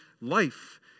life